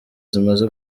zimaze